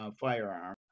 firearm